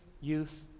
youth